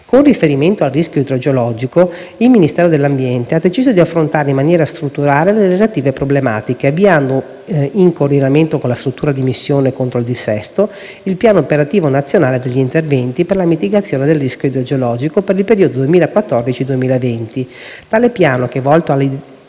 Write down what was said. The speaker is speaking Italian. Con riferimento al rischio idrogeologico, il Ministero dell'ambiente ha deciso di affrontare in maniera strutturale le relative problematiche, avviando, in coordinamento con la struttura di missione contro il dissesto, il piano operativo nazionale degli interventi per la mitigazione del rischio idrogeologico per il periodo 2014-2020. Tale piano, che è volto alla